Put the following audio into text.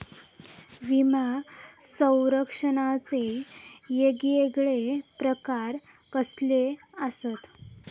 विमा सौरक्षणाचे येगयेगळे प्रकार कसले आसत?